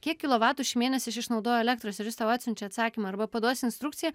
kiek kilovatų šį mėnesį aš išnaudojau elektros ir jis tau atsiunčia atsakymą arba paduosi instrukciją